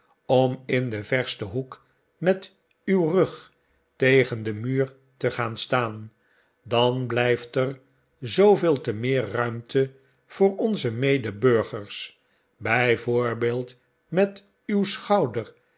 om in den versten hoek met uw rug tegen den muur te gaan staan dan blijft er zooveel te meer ruimte voor onze medeburgers bij voorbeeld met uw schouder